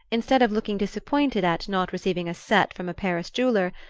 instead of looking disappointed at not receiving a set from a paris jeweller,